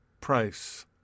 price